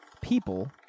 people